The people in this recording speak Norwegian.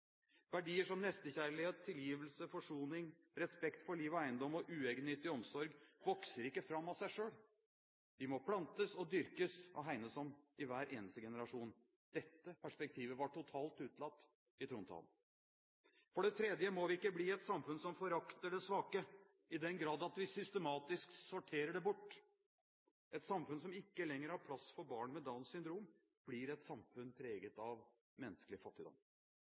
Verdier som nestekjærlighet, tilgivelse og forsoning, respekt for liv og eiendom og uegennyttig omsorg vokser ikke fram av seg selv. De må plantes og dyrkes og hegnes om i hver eneste generasjon. Dette perspektivet var totalt utelatt i trontalen. For det tredje må vi ikke bli et samfunn som forakter det svake i den grad at vi systematisk sorterer det bort. Et samfunn som ikke lenger har plass for barn med Downs syndrom, blir et samfunn preget av menneskelig fattigdom.